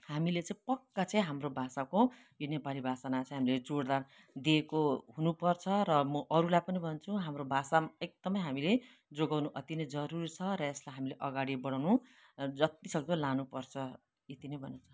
हामीले चाहिँ पक्का चाहिँ हाम्रो भाषाको यो नेपाली भाषामा चाहिँ हामीले जोडदार दिएको हुनुपर्छ र म अरूलाई पनि भन्छु हाम्रो भाषा एकदमै हामीले जोगाउनु अति नै जरुरी छ र यसलाई हामीले अगाडि बढाउनु जति सक्दो लानुपर्छ यति नै भन्नु चाहन्छु ठिक छ